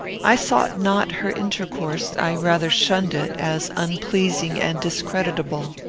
i sought not her intercourse i rather shunned it, as unpleasing and discreditable,